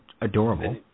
Adorable